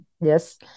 yes